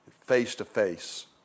face-to-face